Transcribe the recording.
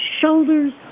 shoulders